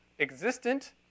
existent